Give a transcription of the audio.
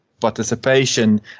participation